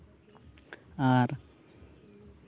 ᱟᱨ